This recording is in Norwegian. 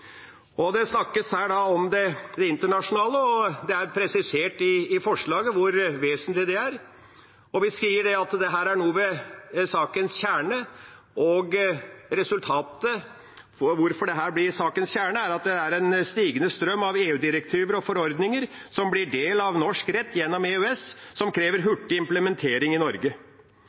Det snakkes her om det internasjonale. Det er presisert i forslaget hvor vesentlig det er. Og vi sier at her er en ved sakens kjerne. Grunnen til at dette er sakens kjerne, er at en stigende strøm av EU-direktiver og forordninger blir en del av norsk rett gjennom EØS-avtalen, som krever hurtig implementering i Norge.